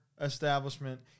establishment